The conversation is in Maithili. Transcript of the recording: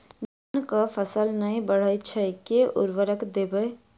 धान कऽ फसल नै बढ़य छै केँ उर्वरक देबै?